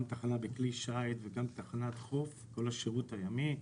גם תחנה בכלי שיט וגם תחנת חוף, כל השירות הימי.